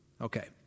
Okay